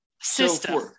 system